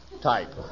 type